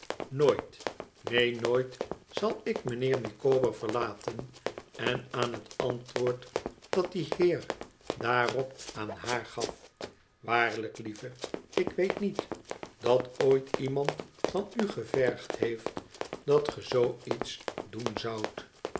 nooit neen nooit zal ik mijnheer micawber verlaten en aan het antwoord dat die heer daarop aan haar gaf waarlijk lieve ik weet niet dat ooit iemand van u gevergd heeft dat ge zoo iets doen zoudt